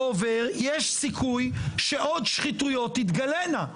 עובר יש סיכוי שעוד שחיתויות תתגלינה,